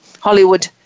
Hollywood